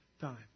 time